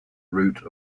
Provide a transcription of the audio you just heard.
route